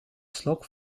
slok